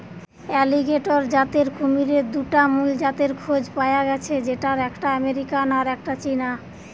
alligator জাতের কুমিরের দুটা মুল জাতের খোঁজ পায়া গ্যাছে যেটার একটা আমেরিকান আর একটা চীনা